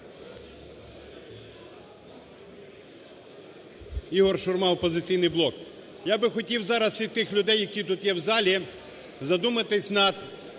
ІгорШурма, "Опозиційний блок". Я би хотів зараз всіх тих людей, які тут є в залі задуматись над